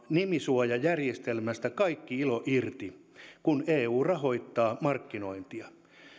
nimisuojajärjestelmästä kaikki ilo irti kun eu rahoittaa markkinointia